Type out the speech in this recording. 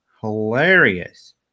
hilarious